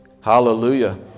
Hallelujah